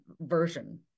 version